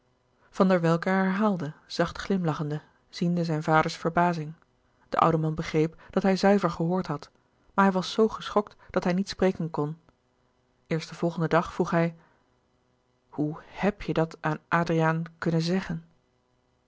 van der welcke herhaalde zacht glimlachende ziende zijn vaders verbazing de oude man begreep dat hij zuiver gehoord had maar hij was zoo geschokt dat hij niet spreken kon eerst den volgenden dag vroeg hij hoe heb je dat aan adriaan kunnen zeggen